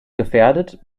gefährdet